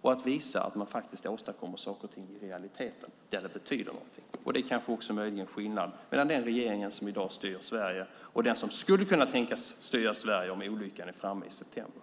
och att visa att man faktiskt åstadkommer saker och ting i realiteten där det betyder någonting. Det är möjligen också skillnaden mellan den regering som i dag styr Sverige och den som skulle kunna tänkas styra Sverige om olyckan är framme i september.